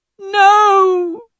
no